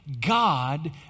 god